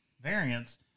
variants